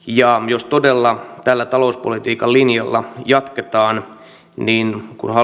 jos todella tällä talouspolitiikan linjalla jatketaan niin kun hallitus ei tule yltämään näihin